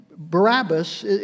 Barabbas